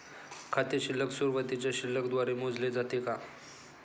खाते शिल्लक सुरुवातीच्या शिल्लक द्वारे मोजले जाते का?